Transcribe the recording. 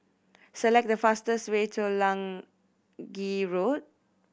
select the fastest way to Lange Road